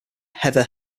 heather